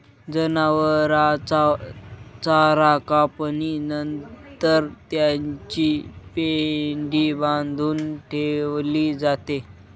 जनावरांचा चारा कापणी नंतर त्याची पेंढी बांधून ठेवली जाते